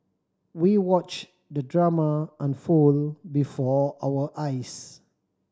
we watched the drama unfold before our eyes